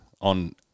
on